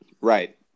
Right